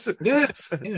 Yes